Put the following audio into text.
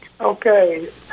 Okay